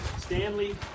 Stanley